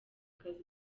akazi